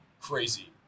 crazy